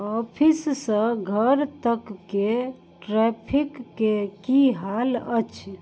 office सँ घर तक के ट्रैफिक के की हाल अछि